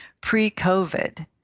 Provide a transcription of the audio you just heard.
pre-COVID